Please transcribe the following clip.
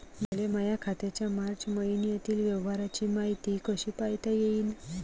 मले माया खात्याच्या मार्च मईन्यातील व्यवहाराची मायती कशी पायता येईन?